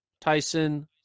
Tyson